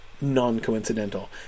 non-coincidental